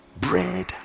bread